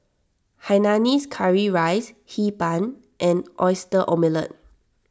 Hainanese Curry Rice Hee Pan and Oyster Omelette